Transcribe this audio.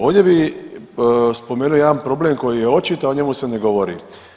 Ovdje bi spomenuo jedan problem koji je očit, a o njemu se ne govori.